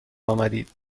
آمدید